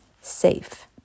safe